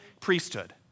priesthood